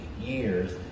years